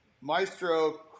Maestro